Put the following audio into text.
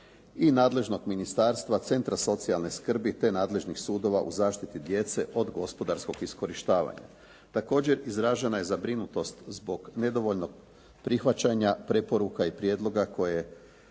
i nadležnog ministarstva, centra socijalne skrbi, te nadležnih sudova u zaštiti djece od gospodarskog iskorištavanja. Također izražena je zabrinutost zbog nedovoljnog prihvaćanja, preporuka i prijedloga koje